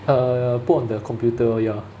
uh put on the computer ya